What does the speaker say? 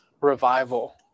revival